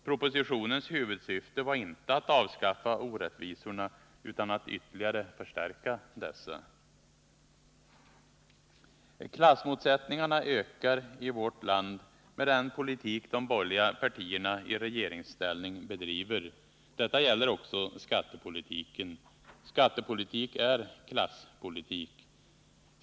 Propositionens huvudsyfte var inte att avskaffa skatteorättvisorna utan att ytterligare förstärka dessa. Klassmotsättningarna ökar i vårt land med den politik som de borgerliga partierna i regeringsställning bedriver. Detta gäller också skattepolitiken. Skattepolitik är klasspolitik.